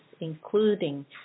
including